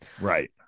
Right